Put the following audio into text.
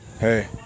Hey